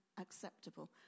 acceptable